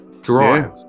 drive